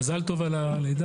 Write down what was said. מזל טוב על הלידה.